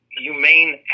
humane